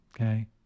okay